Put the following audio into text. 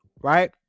right